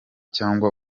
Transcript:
cyangwa